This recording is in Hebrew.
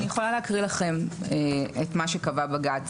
אני יכולה להקריא לכם את מה שקבע בג"ץ.